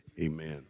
Amen